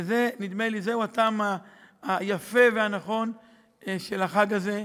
ונדמה לי שזה הטעם היפה והנכון של החג הזה.